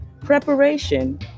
Preparation